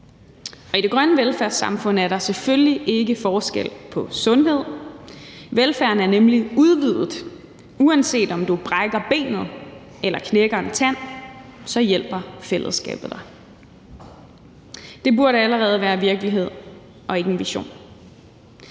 I det grønne velfærdssamfund er der selvfølgelig ikke forskel på sundhed, velfærden er nemlig udvidet: Uanset om du brækker benet eller knækker en tand, hjælper fællesskabet dig. Det burde allerede være virkelighed og ikke en vision.